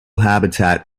habitat